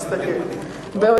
תסתכל, מה לעשות.